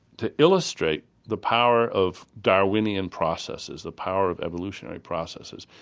to illustrate the power of darwinian processes, the power of evolutionary processes,